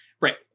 right